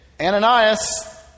Ananias